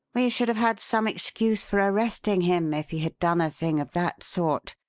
we should have had some excuse for arresting him if he had done a thing of that sort,